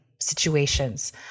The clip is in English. situations